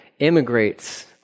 immigrates